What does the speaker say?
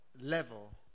level